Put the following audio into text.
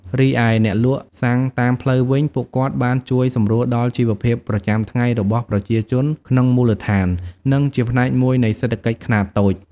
រីឯអ្នកលក់សាំងតាមផ្លូវវិញ ពួកគាត់បានជួយសម្រួលដល់ជីវភាពប្រចាំថ្ងៃរបស់ប្រជាជនក្នុងមូលដ្ឋាន និងជាផ្នែកមួយនៃសេដ្ឋកិច្ចខ្នាតតូច។